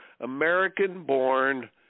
American-born